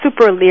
super